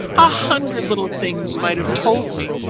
a hundred little things might have told me,